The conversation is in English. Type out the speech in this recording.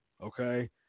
Okay